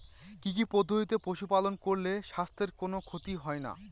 কি কি পদ্ধতিতে পশু পালন করলে স্বাস্থ্যের কোন ক্ষতি হয় না?